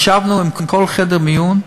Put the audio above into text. ישבנו עם כל חדר מיון,